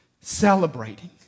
celebrating